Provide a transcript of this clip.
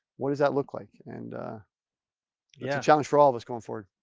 what does that look like and yeah challenge for all of us going forward.